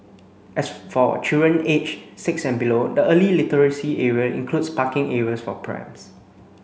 as for children aged six and below the early literacy area includes parking areas for prams